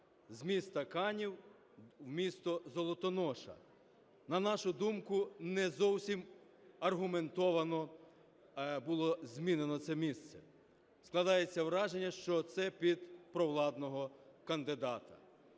з міста Канів в місто Золотоноша. На нашу думку, не зовсім аргументовано було змінено це місце. Складається враження, що це під провладного кандидата.